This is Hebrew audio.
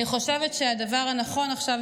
אני חושבת שהדבר הנכון עכשיו,